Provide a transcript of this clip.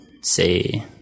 say